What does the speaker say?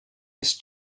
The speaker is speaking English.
his